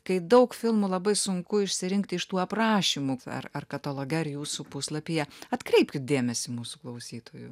kai daug filmų labai sunku išsirinkti iš tų aprašymų ar ar kataloge ar jūsų puslapyje atkreipkit dėmesį mūsų klausytojų